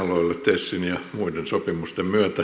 aloille tesin ja muiden sopimusten myötä